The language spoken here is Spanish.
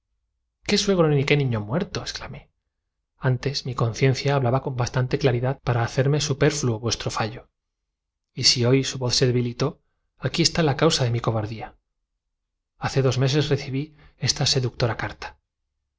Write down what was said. qué suegro ni qué niño muerto exclamé antes mi conciencia sacerdote que dijo con firmeza dios nos ha hecho frágiles si usted ama a la heredera del cri hablaba con bastante claridad para hacerme supérfluo vuestro fallo y men case usted con ella pero conténtese con los bienes matrimoniales si hoy su voz se debilitó aquí está la causa de mi cobardía hace dos y dé a los pobres los del padre meses recibí esta seductora carta